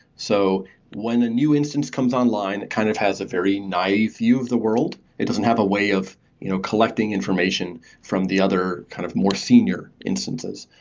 so when a new instance comes online, it kind of has a very naive view of the world. it doesn't have a way of you know collecting information from the other kind of more senior instances.